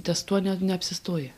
ties tuo ne neapsistoji